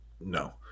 No